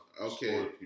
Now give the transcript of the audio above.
Okay